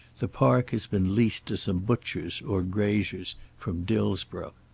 the park has been leased to some butchers or graziers from dillsborough.